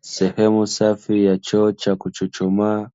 Sehemu safi ya choo cha kuchuchumaa